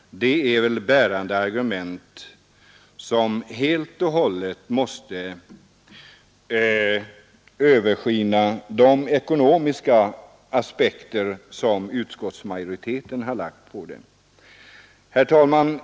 Det är bärande argument som helt och hållet måste gå före de ekonomiska aspekter som utskottsmajoriteten har lagt på frågan. Herr talman!